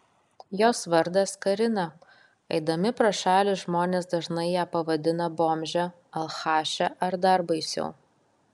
jos vardas karina eidami pro šalį žmonės dažnai ją pavadina bomže alchaše ar dar baisiau